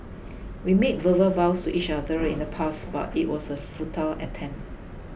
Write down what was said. we made verbal vows to each other in the past but it was a futile attempt